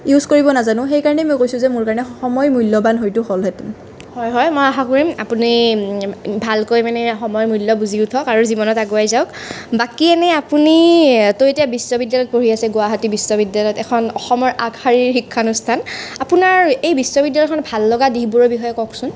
use কৰিব নাজানোঁ সেইকাৰণেই মই কৈছোঁ যে সময় মূল্যৱান হয়তো হ'লহেতেন হয় হয় মই আশা কৰিম আপুনি ভালকৈ মানে সময়ৰ মূল্য বুজি উঠক আৰু জীৱনত আগুৱাই যাওক বাকী এনেই আপুনিতো এতিয়া বিশ্ববিদ্যালয়ত পঢ়ি আছে গুৱাহাটী বিশ্ববিদ্যালয় এখন অসমৰ আগশাৰীৰ শিক্ষানুষ্ঠান আপোনাৰ এই বিশ্ববিদ্যালয়খন ভাল লগা দিশবোৰৰ বিষয়ে কওকচোন